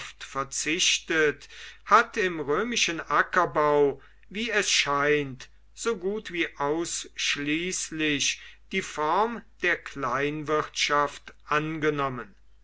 verzichtet hat im römischen ackerbau wie es scheint so gut wie ausschließlich die form der kleinwirtschaft angenommen